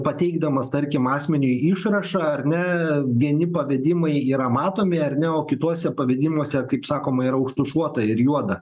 pateikdamas tarkim asmeniui išrašą ar ne vieni pavedimai yra matomi ar ne o kituose pavedimuose kaip sakoma yra užtušuota ir juoda